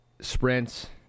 sprints